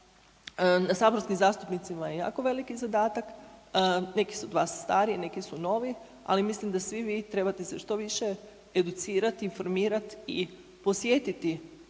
na saborskim zastupnicima je jako veliki zadatak, neki su od vas stariji, neki su novi, ali mislim da svi vi trebate se što više educirati i informirat i posjetiti